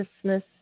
Christmas